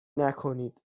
نکنید